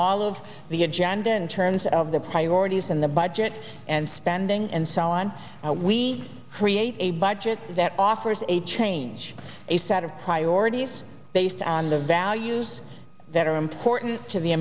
all of the agenda in terms of the priorities in the budget and spending and so on we create a budget that offers a change a set of priorities based on the values that are important to the